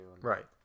Right